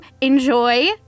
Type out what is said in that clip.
enjoy